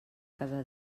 cada